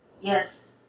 yes